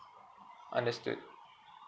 understood